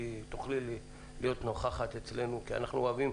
כדי שתוכלי להיות נוכחת אצלנו בוועדה.